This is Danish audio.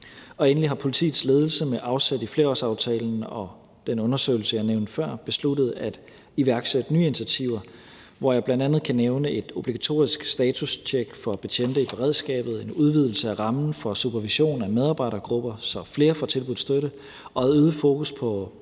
Endelig har politiets ledelse med afsæt i flerårsaftalen og den undersøgelse, jeg nævnte før, besluttet at iværksætte nye initiativer, hvor jeg bl.a. kan nævne et obligatorisk statustjek for betjente i beredskabet, en udvidelse af rammen for supervision af medarbejdergrupper, så flere får tilbudt støtte, og øget fokus på